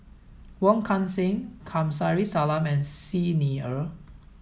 Wong Kan Seng Kamsari Salam and Xi Ni Er